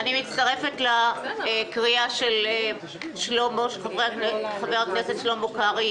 אני מצטרפת לקריאת חבר הכנסת קרעי.